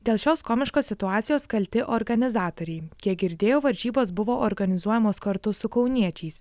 dėl šios komiškos situacijos kalti organizatoriai kiek girdėjau varžybos buvo organizuojamos kartu su kauniečiais